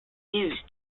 used